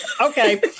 Okay